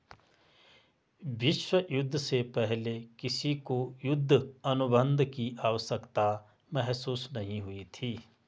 विश्व युद्ध से पहले किसी को युद्ध अनुबंध की आवश्यकता महसूस नहीं हुई थी